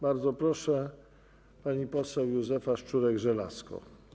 Bardzo proszę, pani poseł Józefa Szczurek-Żelazko.